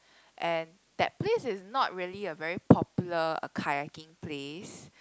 and that place is not really a very popular a kayaking place